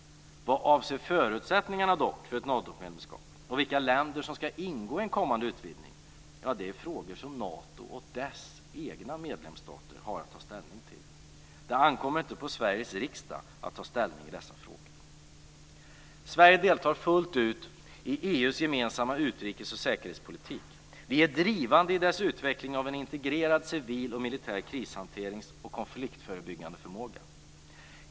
Vad avser förutsättningarna för Natomedlemskap och vilka länder som ska ingå i en kommande utvidgning så är detta frågor som Nato och dess egna medlemsstater har att ta ställning till. Det ankommer inte på Sveriges riksdag att ta ställning i dessa frågor. Sverige deltar fullt ut i EU:s gemensamma utrikes och säkerhetspolitik och är drivande i dess utveckling av en integrerad civil och militär krishanterings och konfliktförebyggande förmåga.